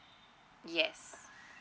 yes